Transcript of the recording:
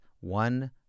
one